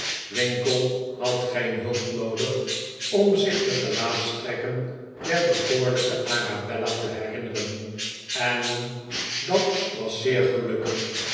winkle had geen hulp noodig om zich de gelaatstrekken der bekoorlijke arabella te herinneren en dat was gelukkig